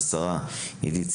את השרה להגנת הסביבה עידית סילמן,